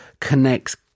connects